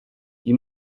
you